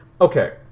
okay